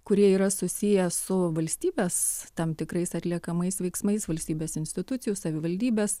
kurie yra susiję su valstybės tam tikrais atliekamais veiksmais valstybės institucijų savivaldybės